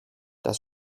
das